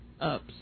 ups